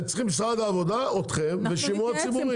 צריך את משרד העבודה, אתכם ושימוע ציבורי.